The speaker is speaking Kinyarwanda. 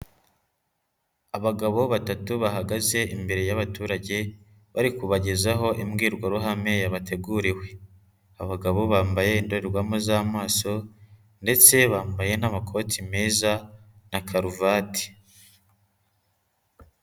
Abagabo batatu bahagaze imbere y'abaturage bari kubagezaho imbwirwaruhame yabateguriwe, abagabo bambaye indorerwamo z'amaso ndetse bambaye n'amakoti meza na karuvati.